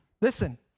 Listen